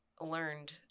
learned